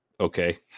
okay